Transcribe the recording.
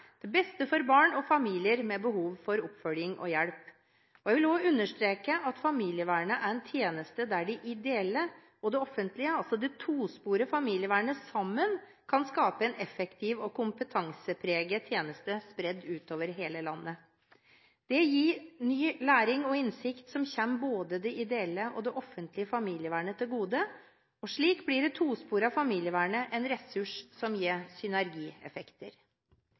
beste for barn og familier med behov for oppfølging og hjelp. Jeg vil også understreke at familievernet er en tjeneste der de ideelle og det offentlige, altså det tosporede familievernet, sammen kan skape en effektiv og kompetansepreget tjeneste spredt utover hele landet. Det gir ny læring og innsikt, som kommer både det ideelle og det offentlige familievernet til gode, og slik blir det tosporede familievernet en ressurs som gir synergieffekter.